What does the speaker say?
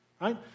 right